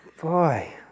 Boy